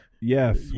Yes